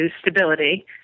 stability